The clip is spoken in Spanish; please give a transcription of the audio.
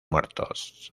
muertos